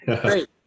Great